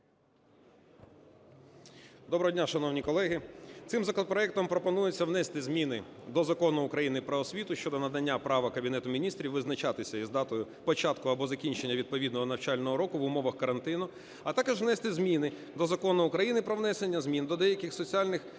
Доброго дня, шановні колеги! Цим законопроектом пропонується внести зміни до Закону України "Про освіту" щодо надання права Кабінету Міністрів визначатися із датою початку або закінчення відповідного навчального року в умовах карантину, а також внести зміни до Закону України "Про внесення змін до деяких законодавчих